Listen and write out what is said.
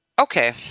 okay